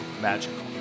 Magical